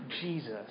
Jesus